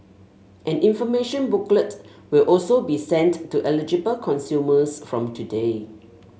an information booklet will also be sent to eligible consumers from today